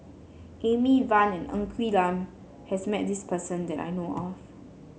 Amy Van and Ng Quee Lam has met this person that I know of